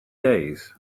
days